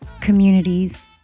communities